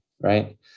Right